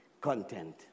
content